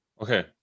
Okay